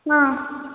ହଁ